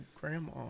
grandma